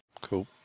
Cool